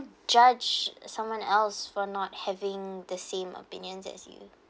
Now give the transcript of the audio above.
judge someone else for not having the same opinions as you